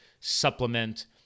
supplement